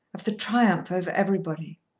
of the triumph over everybody.